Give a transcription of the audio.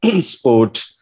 sport